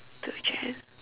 two chair